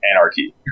anarchy